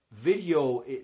Video